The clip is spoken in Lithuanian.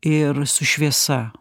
ir su šviesa